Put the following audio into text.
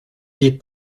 des